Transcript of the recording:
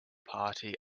party